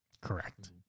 Correct